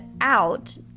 out